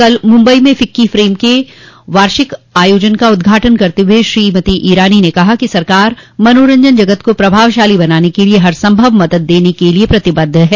कल मुंबई में FICCI frame के वार्षिक आयोजन का उद्घाटन करते हुए श्रीमती ईरानी ने कहा कि सरकार मनोरंजन जगत को प्रभावशाली बनाने के लिए हर संभव मदद देने के लिए प्रतिबद्ध है